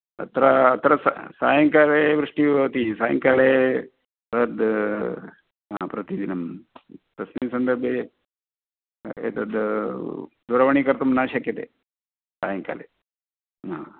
तत्र अत्र सायंकाले वृष्टिः भवति सायंकाले तद् प्रतिदिनं तस्मिन् सन्दर्भे एतत् दूरवाणी कर्तुं न शक्यते सायंकाले हा